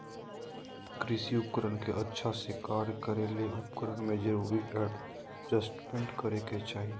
कृषि उपकरण के अच्छा से कार्य करै ले उपकरण में जरूरी एडजस्टमेंट करै के चाही